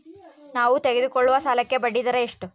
ನಾವು ತೆಗೆದುಕೊಳ್ಳುವ ಸಾಲಕ್ಕೆ ಬಡ್ಡಿದರ ಎಷ್ಟು?